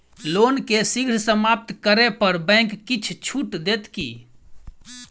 loan केँ शीघ्र समाप्त करै पर बैंक किछ छुट देत की